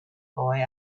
boy